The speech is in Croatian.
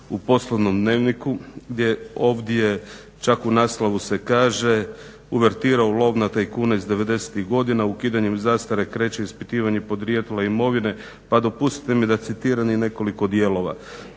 u poslovnom dnevniku gdje ovdje čak u naslovu se kaže "Uvertira u lov na tajkune iz '90-ih godina, ukidanjem zastare kreće ispitivanje podrijetla imovine". Pa dopustite mi da citiram i nekoliko dijelova